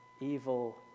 evil